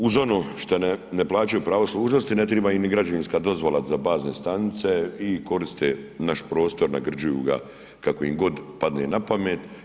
Uz ono šta ne plaćaju pravo služnosti ne treba im ni građevinska dozvola za bazne stanice i koriste naš prostor, nagrđuju ga kako im god padne na pamet.